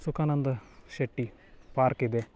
Sukhananda Shetty ಪಾರ್ಕಿದೆ